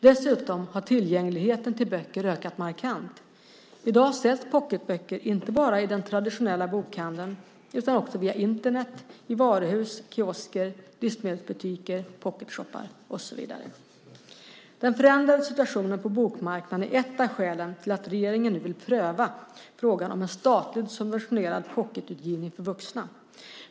Dessutom har tillgängligheten till böcker ökat markant. I dag säljs pocketböcker inte bara i den traditionella bokhandeln utan också via Internet och i varuhus, kiosker, livsmedelsbutiker, pocketshopar och så vidare. Den förändrade situationen på bokmarknaden är ett av skälen till att regeringen nu vill pröva frågan om en statligt subventionerad pocketutgivning för vuxna.